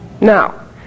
Now